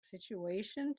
situation